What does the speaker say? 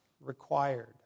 required